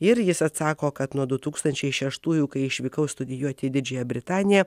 ir jis atsako kad nuo di tūkstančiai šeštųjų kai išvykau studijuoti į didžiąją britaniją